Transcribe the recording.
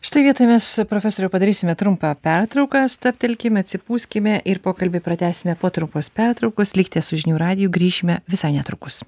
šitoj vietoj mes profesoriau padarysime trumpą pertrauką stabtelkime atsipūskime ir pokalbį pratęsime po trumpos pertraukos likite su žinių radiju grįšime visai netrukus